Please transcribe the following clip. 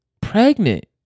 pregnant